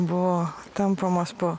buvo tampomas po